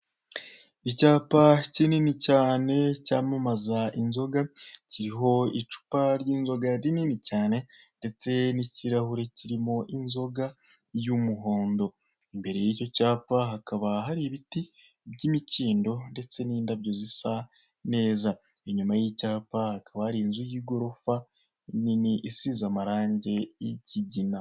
Icyapa kinini cyane cyamamaza inzoga kiriho icupa ry' inzoga rinini cyane ndetse n' ikirahure kirimo inzoga y' umuhondo imbere y' icyo cyapa hakaba hari ibiti by' imikindo ndetse n' indabyo zisa neza. Inyuma y' icyapa hakaba hari inzu y' igorofa nini isize amarange y' ikigina